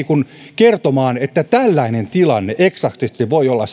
kertomaan millainen tilanne eksaktisti voi olla